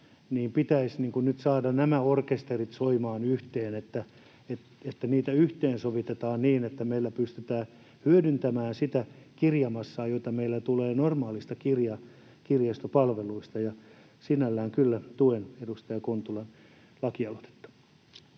pitäisi nyt saada nämä orkesterit soimaan yhteen, että niitä yhteensovitetaan niin, että meillä pystytään hyödyntämään sitä kirjamassaa, jota meillä tulee normaaleista kirjastopalveluista. Sinällään kyllä tuen edustaja Kontulan lakialoitetta.